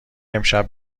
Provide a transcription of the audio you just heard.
امشب